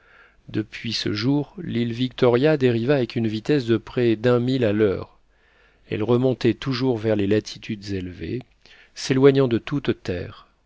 depuis ce jour l'île victoria dériva avec une vitesse de près d'un mille à l'heure elle remontait toujours vers les latitudes élevées s'éloignant de toute terre